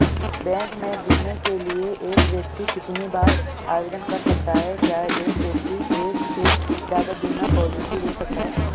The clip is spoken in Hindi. बैंक में बीमे के लिए एक व्यक्ति कितनी बार आवेदन कर सकता है क्या एक व्यक्ति एक से ज़्यादा बीमा पॉलिसी ले सकता है?